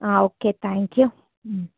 okay thank you